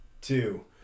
two